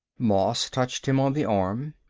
moss touched him on the arm.